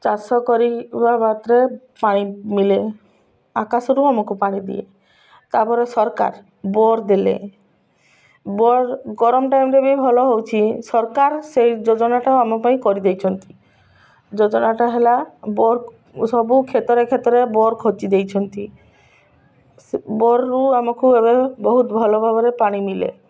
ଚାଷ କରିବା ମାତ୍ରେ ପାଣି ମିଳେ ଆକାଶରୁ ଆମକୁ ପାଣି ଦିଏ ତା'ପରେ ସରକାର ବୋର ଦେଲେ ବୋର୍ ଗରମ ଟାଇମ୍ରେ ବି ଭଲ ହେଉଛିି ସରକାର ସେଇ ଯୋଜନାଟା ଆମ ପାଇଁ କରିଦେଇଛନ୍ତି ଯୋଜନାଟା ହେଲା ବୋର୍ ସବୁ କ୍ଷେତ୍ରରେ କ୍ଷେତ୍ରରେ ବୋର୍ ଖଞ୍ଜି ଦେଇଛନ୍ତି ବୋର୍ରୁ ଆମକୁ ଏବେ ବହୁତ ଭଲ ଭାବରେ ପାଣି ମିଳେ